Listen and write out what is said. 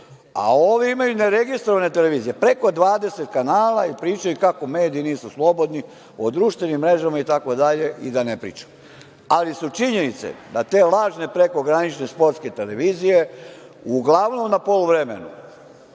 a ovi imaju neregistrovane televizije, preko 20 kanala i pričaju kako mediji nisu slobodni, od društvenim vrežama itd. i da ne pričam, ali su činjenice da te lažne prekogranične sportske televizije, uglavnom na poluvremenu,